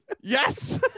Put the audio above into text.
Yes